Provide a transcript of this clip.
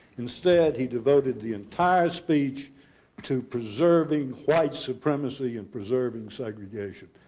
instead he devoted the entire speech to preserving white supremacy and preserving segregation.